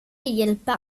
hjälper